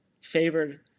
favored